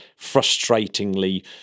frustratingly